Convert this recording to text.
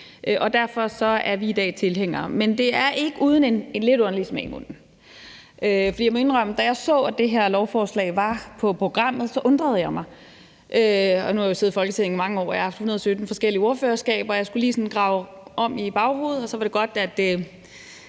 derfor er vi i dag tilhængere. Men det er ikke uden en lidt underlig smag i munden, for jeg må indrømme, at da jeg så, at det her lovforslag var på programmet, undrede jeg mig. Nu har jeg siddet i Folketinget i mange år, og jeg har haft hundrede sytten forskellige ordførerskaber, og jeg skulle lige grave det frem fra baghovedet, og så var det godt, at